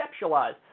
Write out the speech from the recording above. conceptualize